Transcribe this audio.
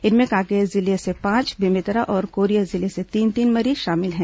इनमें कांकेर जिले से पांच बेमेतरा और कोरिया जिले से तीन तीन मरीज शामिल हैं